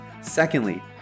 Secondly